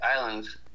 island's